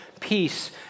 Peace